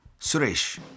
Suresh